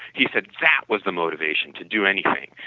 he said that was the motivation to do anything.